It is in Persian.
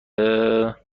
حاکم